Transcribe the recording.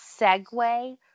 segue